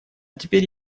теперь